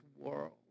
world